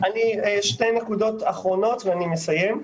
שתי נקודות אחרונות ואני מסיים.